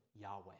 Yahweh